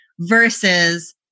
Versus